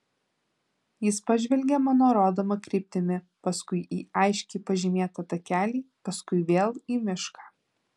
jis pažvelgė mano rodoma kryptimi paskui į aiškiai pažymėtą takelį paskui vėl į mišką